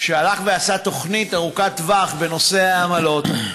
הלך ועשה תוכנית ארוכת טווח בנושא העמלות.